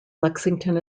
lexington